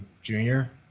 junior